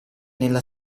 nella